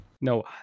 No